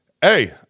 hey